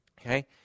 okay